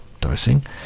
dosing